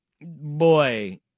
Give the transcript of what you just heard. boy